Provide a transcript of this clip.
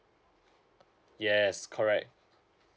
yes correct